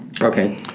Okay